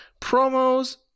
Promos